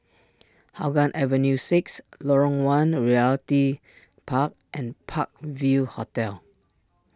Hougang Avenue six Lorong one Realty Park and Park View Hotel